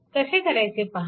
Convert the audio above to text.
कसे करायचे पहा